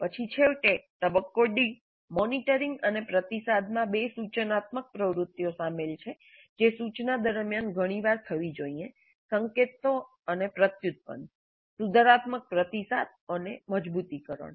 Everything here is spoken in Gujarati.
પછી છેવટે તબક્કો ડી મોનિટરિંગ અને પ્રતિસાદમાં બે સૂચનાત્મક પ્રવૃત્તિઓ શામેલ છે જે સૂચના દરમિયાન ઘણી વાર થવી જોઈએ સંકેતો અને પ્રત્યુત્પન સુધારાત્મક પ્રતિસાદ અને મજબૂતીકરણ